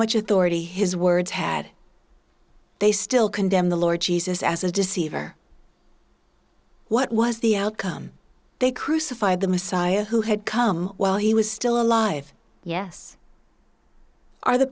much authority his words had they still condemn the lord jesus as a deceiver what was the outcome they crucified the messiah who had come while he was still alive yes are the